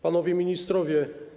Panowie Ministrowie!